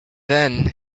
then